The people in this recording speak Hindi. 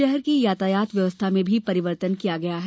शहर की यातायात व्यवस्था में परिवर्तन भी किया गया है